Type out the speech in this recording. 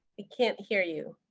we can't hear you.